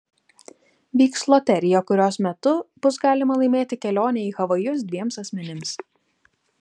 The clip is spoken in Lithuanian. vyks loterija kurios metu bus galima laimėti kelionę į havajus dviems asmenims